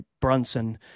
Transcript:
Brunson